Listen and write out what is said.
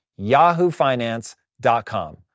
yahoofinance.com